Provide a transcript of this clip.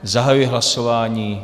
Zahajuji hlasování.